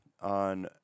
on